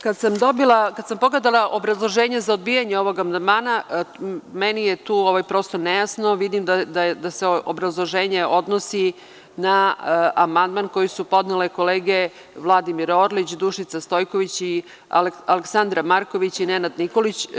Kada sam pogledala obrazloženje za odbijanje ovog amandmana, meni je tu prosto ne jasno, vidim da se obrazloženje odnosi na amandman koji su podnele kolege Vladimir Orlić, Dušica Stojković, Aleksandar Marković i Nenad Nikolić.